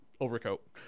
overcoat